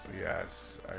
Yes